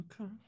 Okay